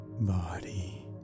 body